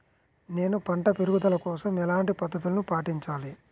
నేను పంట పెరుగుదల కోసం ఎలాంటి పద్దతులను పాటించాలి?